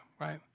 right